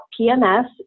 PMS